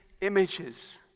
images